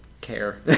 care